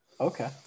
Okay